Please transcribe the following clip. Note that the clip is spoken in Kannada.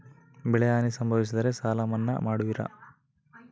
ಬೆಳೆಹಾನಿ ಸಂಭವಿಸಿದರೆ ಸಾಲ ಮನ್ನಾ ಮಾಡುವಿರ?